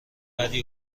بدی